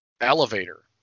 elevator